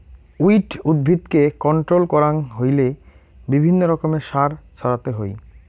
weed উদ্ভিদকে control করাং হইলে বিভিন্ন রকমের সার ছড়াতে হই